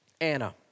Anna